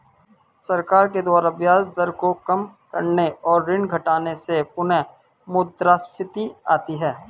सरकार के द्वारा ब्याज दर को काम करने और ऋण घटाने से पुनःमुद्रस्फीति आती है